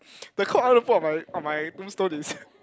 the quote I want to put on my on my tombstone is